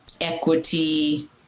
equity